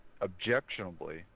objectionably